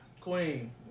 Queen